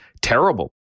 terrible